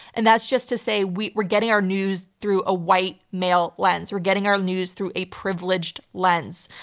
and that's just to say we're we're getting our news through a white male lens, we're getting our news through a privileged lens.